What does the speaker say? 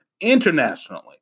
internationally